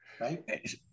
right